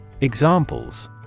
Examples